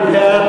מי בעד?